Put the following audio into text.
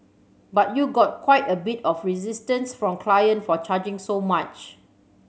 but you got quite a bit of resistance from client for charging so much